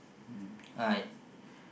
uh